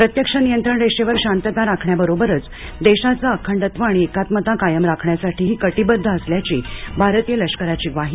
प्रत्यक्ष नियंत्रण रेषेवर शांतता राखण्याबरोबरच देशाचं अखंडत्व आणि एकात्मता कायम राखण्यासाठीही कटिबद्ध असल्याची भारतीय लष्कराची ग्वाही